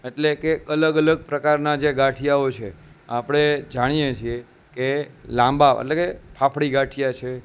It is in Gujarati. એટલે કે અલગ અલગ પ્રકારના જે ગાંઠિયાઓ છે આપણે જાણીએ છીએ કે લાંબા એટલે કે ફાફડી ગાંઠિયા છે